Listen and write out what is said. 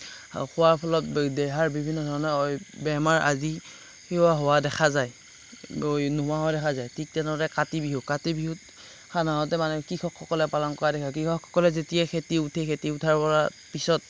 খোৱাৰ ফলত দেহাৰ বিভিন্ন ধৰণৰ বেমাৰ আদি থিয় হোৱা দেখা যায় গহীন নোহোৱাও দেখা যায় ঠিক তেনেদৰে কাতি বিহু কাতি বিহুত সাধাৰণতে মানুহে কৃষকসকলে পালন কৰা দেখা যায় কৃষকসকলে যেতিয়া খেতি উঠে খেতি উঠাৰপৰা পিছত